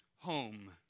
home